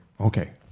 Okay